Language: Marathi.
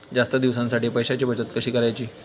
जास्त दिवसांसाठी पैशांची बचत कशी करायची?